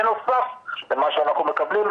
בנוסף למה שאנחנו מקבלים,